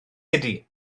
ydy